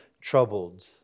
troubled